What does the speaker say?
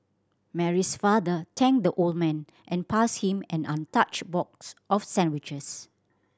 Mary's father thanked the old man and passed him an untouched box of sandwiches